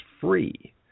free